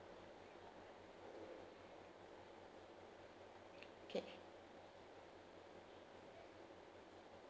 okay